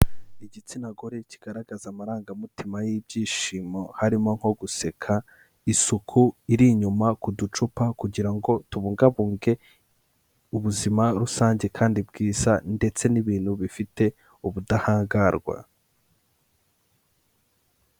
Igitsina gore kigaragaza amarangamutima y'ibyishimo harimo nko guseka, isuku iri inyuma ku ducupa kugira ngo tubungabunge ubuzima rusange kandi bwiza ndetse n'ibintu bifite ubudahangarwa.